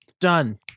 Done